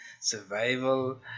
Survival